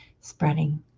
spreading